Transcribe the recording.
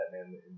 Batman